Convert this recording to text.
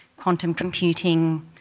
quantum computing,